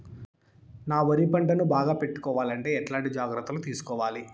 నా వరి పంటను బాగా పెట్టుకోవాలంటే ఎట్లాంటి జాగ్రత్త లు తీసుకోవాలి?